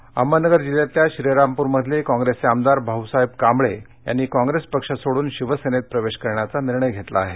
अहमदनगर अहमदनगर जिल्ह्यातल्या श्रीरामपूरमधले काँप्रेसचे आमदार भाऊसाहेब कांबळे यांनी काँप्रेस पक्ष सोडून शिवसेनेत प्रवेश करण्याचा निर्णय घेतला आहे